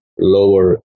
lower